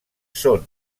són